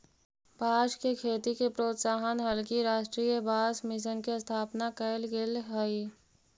बाँस के खेती के प्रोत्साहन हलगी राष्ट्रीय बाँस मिशन के स्थापना कैल गेल हइ